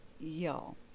Y'all